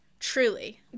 Truly